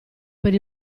per